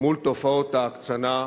מול תופעות ההקצנה,